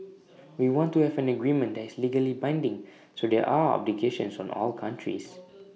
we want to have an agreement that is legally binding so there are obligations on all countries